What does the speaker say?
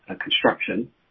construction